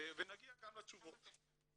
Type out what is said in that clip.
ונגיע גם לתשובות.